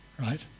right